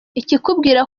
ikikubwira